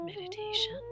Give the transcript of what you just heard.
meditation